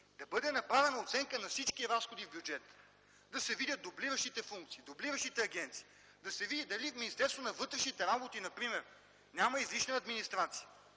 да бъде направена оценка на всички разходи в бюджета, да се видят дублиращите функции, дублиращите агенции! Например, да се види дали Министерството на външните работи няма излишна администрация